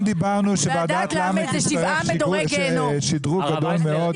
גם דיברנו על כך שוועדת ל' תצטרך שדרוג גדול מאוד,